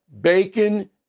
bacon